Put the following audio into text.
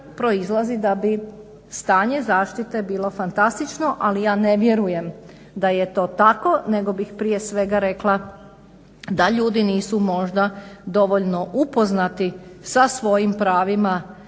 proizlazi da bi stanje zaštite bilo fantastično, ali ja ne vjerujem da je to tako nego bih prije svega rekla da ljudi nisu možda dovoljno upoznati sa svojim pravima